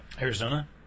Arizona